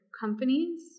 companies